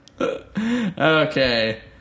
Okay